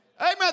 Amen